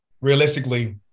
realistically